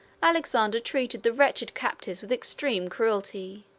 alexander treated the wretched captives with extreme cruelty.